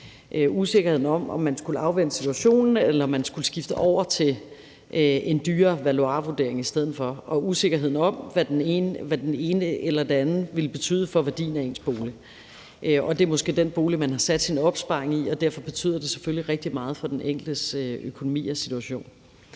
usikkerheden om, om man skulle afvente situationen, eller om man i stedet for skulle skifte over til en dyrere valuarvurdering, og usikkerheden om, hvad det ene eller det andet ville betyde for værdien af ens bolig, og det er måske den bolig, man har sat sin opsparing i, og derfor betyder det selvfølgelig rigtig meget for den enkeltes økonomi og situation.